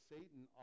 Satan